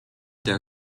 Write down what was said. der